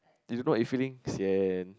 you you don't know what you feeling sian